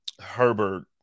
Herbert